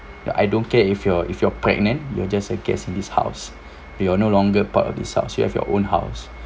ya I don't care if you're if you're pregnant you're just a guest in this house you're no longer part of this house you have your own house